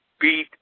beat